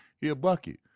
he a bucket.